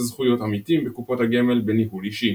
זכויות עמיתים בקופות הגמל בניהול אישי.